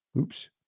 oops